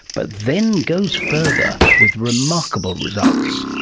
but then goes further, with remarkable results.